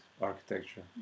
architecture